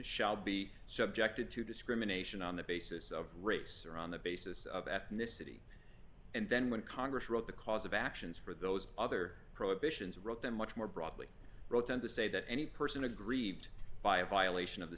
shall be subjected to discrimination on the basis of race or on the basis of ethnicity and then when congress wrote the cause of actions for those other prohibitions wrote them much more broadly wrote them to say that any person aggrieved by a violation of the